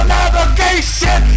Navigation